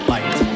Light